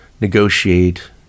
negotiate